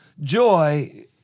joy